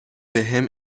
بهم